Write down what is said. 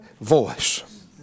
voice